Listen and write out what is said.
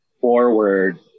forward